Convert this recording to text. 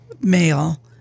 male